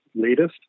latest